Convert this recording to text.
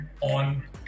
on